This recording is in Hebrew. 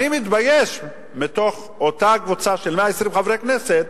אני מתבייש, מתוך אותה קבוצה של 120 חברי כנסת,